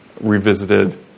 revisited